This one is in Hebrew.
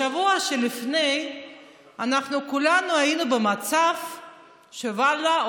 בשבוע שלפניו כולנו היינו במצב שוואללה,